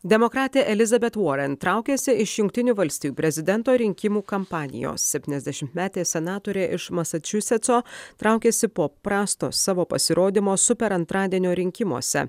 demokratė elizabet vorent traukiasi iš jungtinių valstijų prezidento rinkimų kampanijos septyniasdešimtmetė senatorė iš masačusetso traukiasi po prasto savo pasirodymo super antradienio rinkimuose